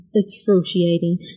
excruciating